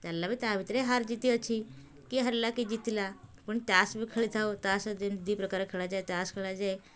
ଚାଲିଲା ବି ତା' ଭିତରେ ହାର ଜିତ ଅଛି କିଏ ହାରିଲା କିଏ ଜିତିଲା ପୁଣି ତାସ୍ ବି ଖେଳିଥାଉ ତାସ୍ ଯେମିତି ଦୁଇପ୍ରକାର ଖେଳାଯାଏ ତାସ୍ ଖେଳାଯାଏ